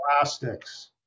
Plastics